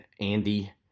Andy